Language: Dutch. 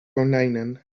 konijnen